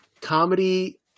comedy